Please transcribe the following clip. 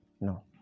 No